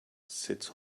sits